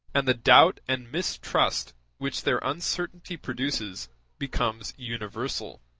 and the doubt and mistrust which their uncertainty produces become universal.